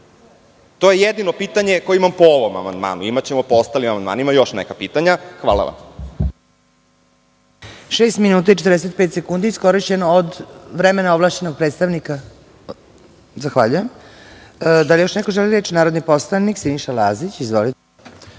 je jedno pitanje koje imam po ovom amandmanu. Imaćemo po ostalim amandmanima još neka pitanja. Hvala vam.